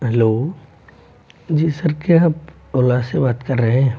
hello ji sir क्या आप ओला से बात कर रहे हैं